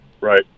Right